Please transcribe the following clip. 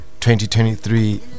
2023